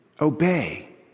Obey